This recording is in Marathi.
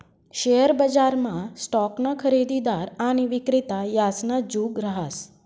शेअर बजारमा स्टॉकना खरेदीदार आणि विक्रेता यासना जुग रहास